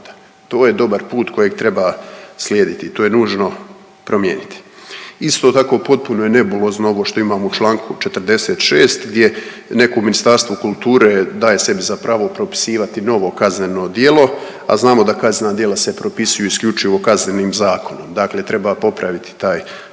To je dobar put kojeg treba slijediti. To je nužno promijeniti. Isto tako potpuno je nebulozno ovo što imamo u čl. 46. gdje neko u Ministarstvu kulture daje sebi za pravo propisivati novo kazneno djelo, a znamo da kaznena djela se propisuju isključivo Kaznenim zakonom. Dakle, treba popraviti taj pravni